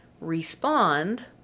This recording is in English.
respond